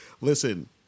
Listen